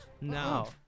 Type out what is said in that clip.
no